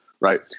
right